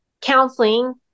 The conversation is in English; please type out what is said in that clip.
counseling